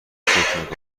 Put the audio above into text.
فکر